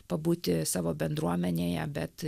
pabūti savo bendruomenėje bet